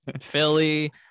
Philly